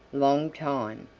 long time,